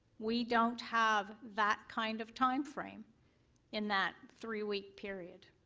we don't have that kind of timeframe in that three week period.